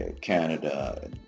canada